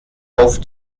auf